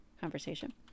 conversation